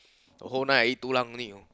the whole night I eat Tulang only you know